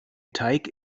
teig